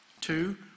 Two